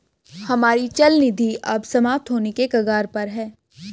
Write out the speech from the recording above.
हमारी चल निधि अब समाप्त होने के कगार पर है